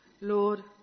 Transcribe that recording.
Lord